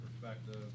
perspective